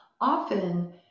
often